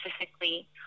specifically